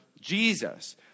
Jesus